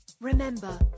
remember